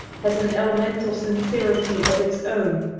has an elemental sincerity of its own,